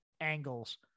angles